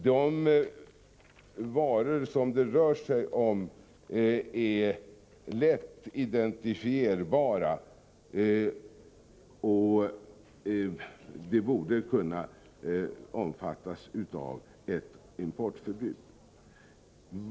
De varor som det rör sig om är lätt identifierbara, och de borde kunna omfattas av ett importförbud.